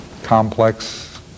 complex